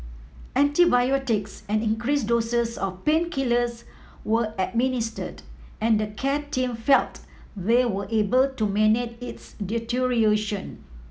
antibiotics and increased doses of painkillers were administered and the care team felt they were able to manage its deterioration